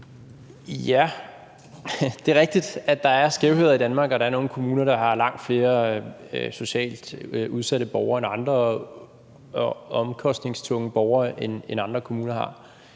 Det er rigtigt, at der er skævheder i Danmark, og at der er nogle kommuner, der har langt flere socialt udsatte borgere og omkostningstunge borgere, end andre kommuner har.